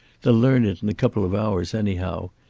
they'll learn it in a couple of hours, anyhow.